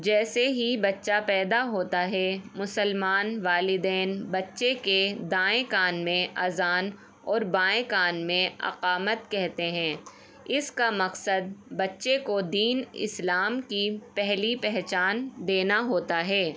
جیسے ہی بچہ پیدا ہوتا ہے مسلمان والدین بچے کے دائیں کان میں اذان اور بائیں کان میں اقامت کہتے ہیں اس کا مقصد بچے کو دین اسلام کی پہلی پہچان دینا ہوتا ہے